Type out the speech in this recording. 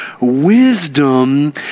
Wisdom